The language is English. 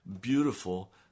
beautiful